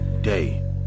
day